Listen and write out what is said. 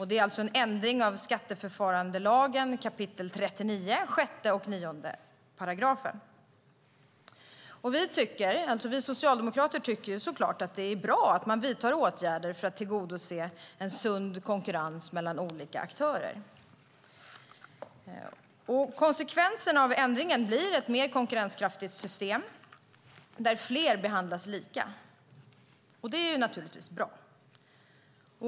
Det är alltså en ändring av 39 kap. 5 och 9 § skatteförfarandelagen. Vi socialdemokrater tycker såklart att det är bra att man vidtar åtgärder för att tillgodose sund konkurrens mellan olika aktörer. Konsekvensen av ändringen blir ett mer konkurrenskraftigt system där fler behandlas lika. Det är naturligtvis bra.